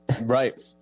Right